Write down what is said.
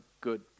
good